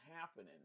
happening